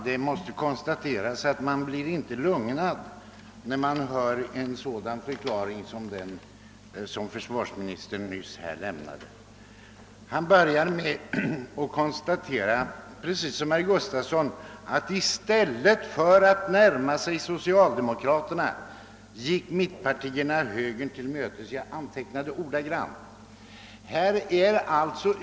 Herr talman! Man blir inte lugnad när man hör en sådan förklaring som den försvarsministern nyss lämnade. Han började med att liksom herr Gustafsson i Uddevalla konstatera, att i stället för att närma sig socialdemokraterna gick mittenpartierna högern till mötes — jag antecknade ordagrant.